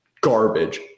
garbage